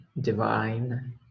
divine